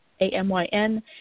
A-M-Y-N